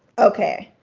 okay.